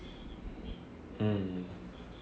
mm